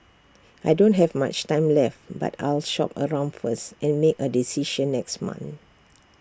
I don't have much time left but I'll shop around first and make A decision next month